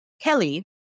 Kelly